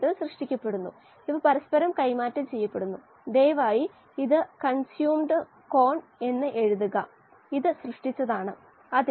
module 5 ൽ അത് വരുന്നുണ്ട് അത് കാണുമ്പോൾ ഞാൻ പറയും